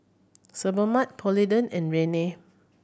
Sebamed Polident and Rene